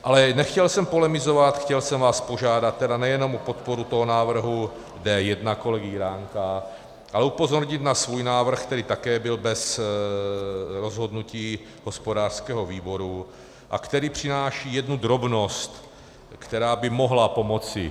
Ale nechtěl jsem polemizovat, chtěl jsem vás požádat tedy nejenom o podporu toho návrhu D1 kolegy Jiránka, ale upozornit na svůj návrh, který také byl bez rozhodnutí hospodářského výboru a který přináší jednu drobnost, která by mohla pomoci.